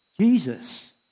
Jesus